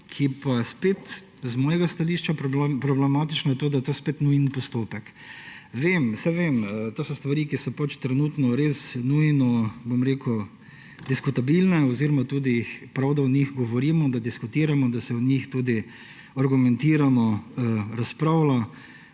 z mojega stališča problematična, je to, da je to spet nujni postopek. Vem, saj vem, to so stvari, ki so pač trenutno res nujno, bom rekel, diskutabilne oziroma tudi prav, da o njih govorimo, da diskutiramo, da se o njih tudi argumentirano razpravlja;